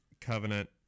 Covenant